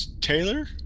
Taylor